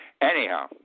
Anyhow